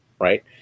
right